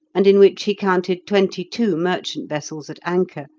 and in which he counted twenty-two merchant vessels at anchor,